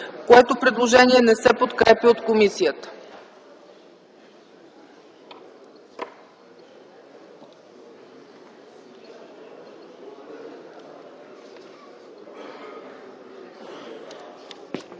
Това предложение не се подкрепя от комисията.